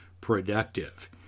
productive